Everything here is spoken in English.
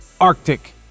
Arctic